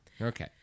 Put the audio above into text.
Okay